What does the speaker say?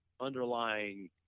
underlying